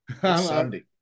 sunday